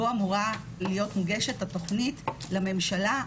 בו אמורה להיות מוגשת התוכנית לממשלה,